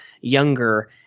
younger